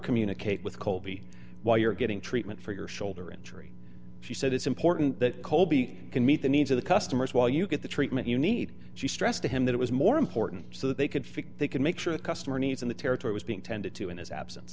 communicate with colby while you're getting treatment for your shoulder injury she said it's important that colby can meet the needs of the customers while you get the treatment you need she stressed to him that it was more important so that they could feel they could make sure the customer needs in the territory was being tended to in his absence